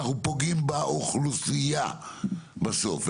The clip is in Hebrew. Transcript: אנחנו פוגעים באוכלוסייה בסוף.